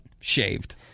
shaved